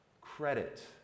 credit